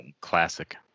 Classic